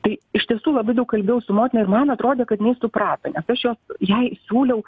tai iš tiesų labai daug kalbėjau su motina ir man atrodė kad jinai suprato nes aš jos jai siūliau